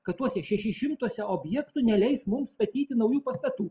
kad tuose šešišimtuose objektų neleis mums statyti naujų pastatų